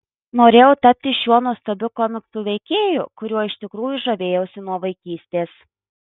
norėjau tapti šiuo nuostabiu komiksų veikėju kuriuo iš tikrųjų žavėjausi nuo vaikystės